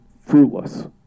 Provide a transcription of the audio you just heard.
fruitless